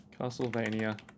Castlevania